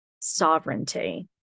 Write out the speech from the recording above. sovereignty